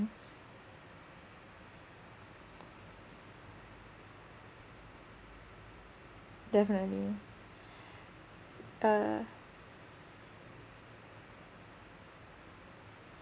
definitely uh